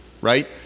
right